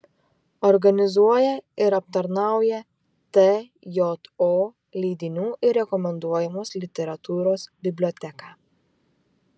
organizuoja ir aptarnauja tjo leidinių ir rekomenduojamos literatūros biblioteką